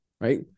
Right